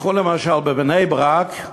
קחו למשל בבני-ברק,